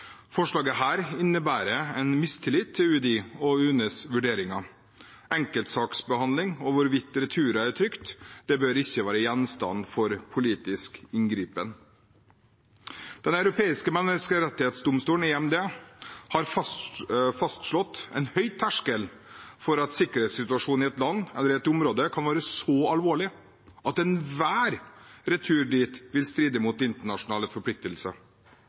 innebærer en mistillit til UDIs og UNEs vurderinger. Enkeltsaksbehandling og hvorvidt returer er trygt, bør ikke være gjenstand for politisk inngripen. Den europeiske menneskerettsdomstol, EMD, har fastslått en høy terskel for at sikkerhetssituasjonen i et land eller i et område kan være så alvorlig at enhver retur dit vil stride mot internasjonale forpliktelser.